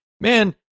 Man